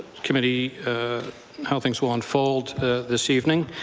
committee how things will unfold this evening.